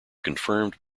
confirmed